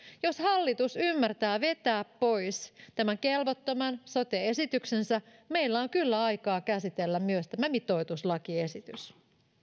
jos hallitus ymmärtää vetää pois tämän kelvottoman sote esityksensä meillä on kyllä aikaa käsitellä myös tämä mitoituslakiesitys